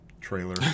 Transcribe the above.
trailer